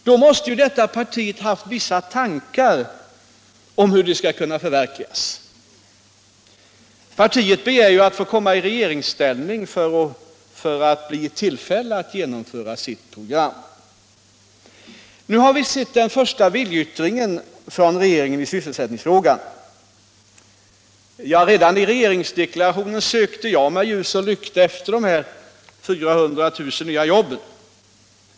Då måste ju detta parti ha haft vissa tankar om hur det skall kunna förverkligas. Partiet begärde ju att få komma i regeringsställning för att bli i tillfälle att genomföra sitt program. Nu har vi sett den första viljeyttringen från regeringen i sysselsättningsfrågan. Redan i regeringsdeklarationen sökte jag med ljus och lykta efter de 400 000 nya jobben.